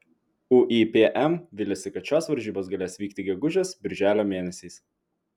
uipm viliasi kad šios varžybos galės vykti gegužės birželio mėnesiais